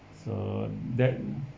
so that